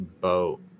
boat